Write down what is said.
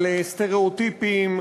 על סטריאוטיפים,